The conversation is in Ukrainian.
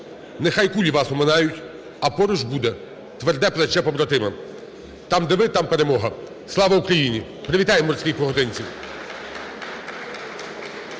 Нехай кулі вас оминають, а поруч буде тверде плече побратима. Там де ви – там перемога! Слава Україні! Привітаємо морських піхотинців.